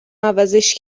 عوضش